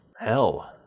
hell